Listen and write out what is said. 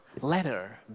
letter